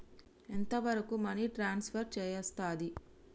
ఎంత వరకు money transfer చేయస్తది?